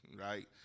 right